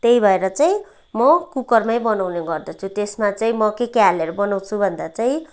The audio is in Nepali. त्यही भएर चाहिँ म कुकरमै बनाउने गर्दछु त्यसमा चाहिँ म के के हालेर बनाउँछु भन्दा चाहिँ